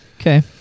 Okay